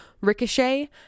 Ricochet